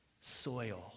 soil